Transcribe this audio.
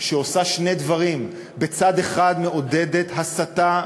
שעושה שני דברים: בצד אחד מעודדת הסתה מטורפת.